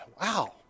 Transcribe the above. wow